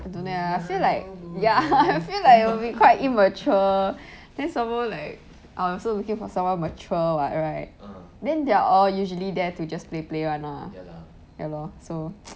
I don't know leh I feel like ya I feel like we'll be quite immature then some more like I'm also looking for someone of mature [what] right then they're all usually there to just play play [one] lah ya lor so